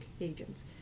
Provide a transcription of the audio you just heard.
agents